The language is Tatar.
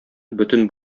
бөтен